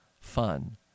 fun